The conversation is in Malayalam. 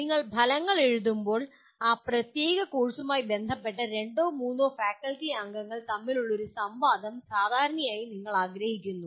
നിങ്ങൾ ഫലങ്ങൾ എഴുതുമ്പോൾ ആ പ്രത്യേക കോഴ്സുമായി ബന്ധപ്പെട്ട രണ്ടോ മൂന്നോ ഫാക്കൽറ്റി അംഗങ്ങൾ തമ്മിലുള്ള ഒരു സംവാദം സാധാരണയായി നിങ്ങൾ ആഗ്രഹിക്കുന്നു